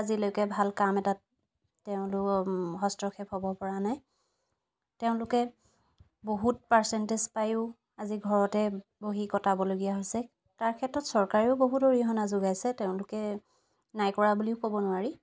আজিলৈকে ভাল কাম এটাত তেওঁলোক হস্তক্ষেপ হ'ব পৰা নাই তেওঁলোকে বহুত পাৰ্চেণ্টেজ পায়ো আজি ঘৰতে বহি কটাবলগীয়া হৈছে তাৰ ক্ষেত্ৰত চৰকাৰেও বহুত অৰিহণা যোগাইছে তেওঁলোকে নাই কৰা বুলিও ক'ব নোৱাৰি